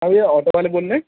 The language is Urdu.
سر یہ آٹو والے بول رہیں